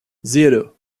zero